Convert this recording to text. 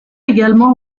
également